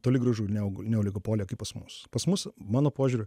toli gražu ne ne oligopoliją kaip pas mus pas mus mano požiūriu